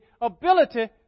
ability